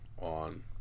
on